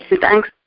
Thanks